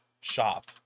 shop